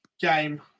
game